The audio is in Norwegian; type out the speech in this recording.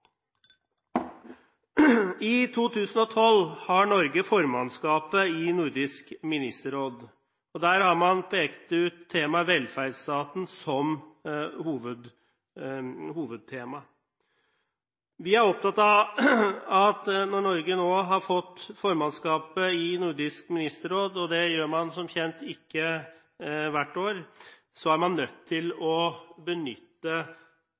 I 2012 har Norge formannskapet i Nordisk Ministerråd. Der har man pekt ut temaet velferdsstaten som hovedtema. Vi er opptatt av, når Norge nå har formannskapet i Nordisk Ministerråd – det har man som kjent ikke hvert år – at man er nødt til å benytte